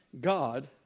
God